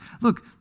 look